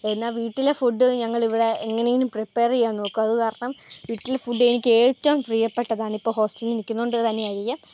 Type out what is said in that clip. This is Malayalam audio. എന്നാൽ വീട്ടിലെ ഫുഡ്ഡ് ഞങ്ങൾ ഇവിടെ എങ്ങനെയെങ്കിലും പ്രീപ്പയർ ചെയ്യാൻ നോക്കും അത് കാരണം വീട്ടിലെ ഫുഡ്ഡ് എനിക്ക് ഏറ്റവും പ്രിയപ്പെട്ടതാണ് ഇപ്പം ഹോസ്റ്റലിൽ നിൽക്കുന്നത് കൊണ്ട് തന്നെ ആയിരിക്കാം